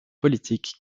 politique